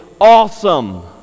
awesome